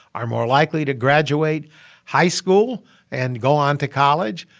are more likely to graduate high school and go on to college,